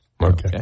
Okay